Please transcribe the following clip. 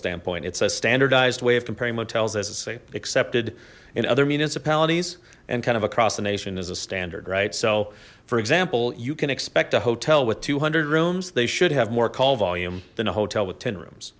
standpoint it's a standardized way of comparing motels as it's accepted in other municipalities and kind of across the nation as a standard right so for example you can expect a hotel with two hundred rooms they should have more call volume than a hotel with ten rooms